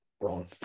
wrong